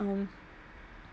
um